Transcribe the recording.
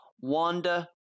Wanda